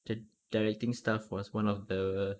directing staff was one of the